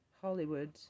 Hollywood